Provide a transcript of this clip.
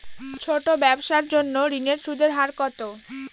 ছোট ব্যবসার জন্য ঋণের সুদের হার কত?